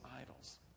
idols